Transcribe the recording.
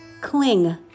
cling